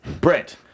Brett